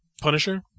Punisher